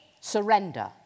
surrender